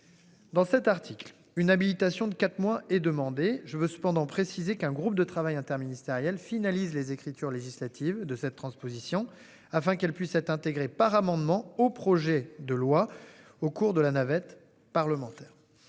Dans cet article une habilitation de quatre mois et demandé je veux cependant précisé qu'un groupe de travail interministériel finalise les écritures législatives de cette transposition afin qu'elle puisse être intégrée par amendement au projet de loi au cours de la navette parlementaire.